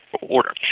order